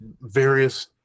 various